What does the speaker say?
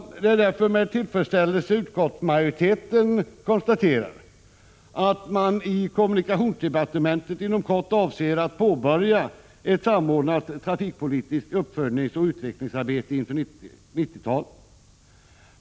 Det är därför med tillfredsställelse utskottsmajoriteten konstaterar att man i kommunikationsdepartementet inom kort avser att påbörja ett samordnat trafikpolitiskt uppföljningsoch utvecklingsarbete inför 90-talet.